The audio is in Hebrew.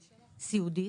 סיעודית,